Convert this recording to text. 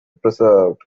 preserved